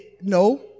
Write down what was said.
no